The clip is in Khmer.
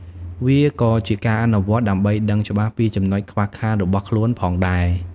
វាក៏ជាការអនុវត្តន៍ដើម្បីដឹងច្បាស់ពីចំណុចខ្វះខាតរបស់ខ្លួនផងដែរ។